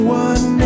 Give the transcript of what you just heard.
one